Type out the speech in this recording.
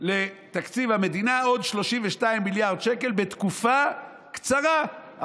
לתקציב המדינה עוד 32 מיליארד שקל בתקופה קצרה,